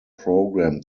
program